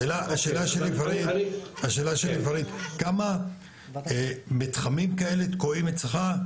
השאלה שלי פריד, כמה מתחמים כאלה תקועים אצלך,